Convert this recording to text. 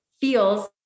feels